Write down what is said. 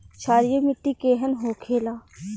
क्षारीय मिट्टी केहन होखेला?